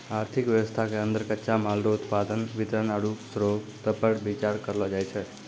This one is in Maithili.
आर्थिक वेवस्था के अन्दर कच्चा माल रो उत्पादन वितरण आरु श्रोतपर बिचार करलो जाय छै